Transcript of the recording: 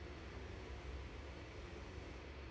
yeah I